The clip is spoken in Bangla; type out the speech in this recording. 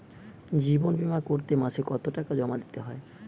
জীবন বিমা করতে মাসে কতো টাকা জমা দিতে হয়?